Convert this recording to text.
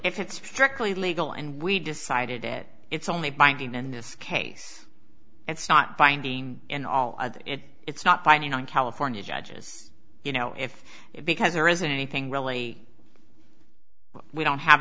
if it's strictly legal and we decided it it's only binding in this case it's not binding in all it's not binding on california judges you know if it because there isn't anything really we don't have